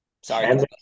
Sorry